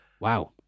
Wow